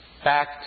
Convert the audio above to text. Back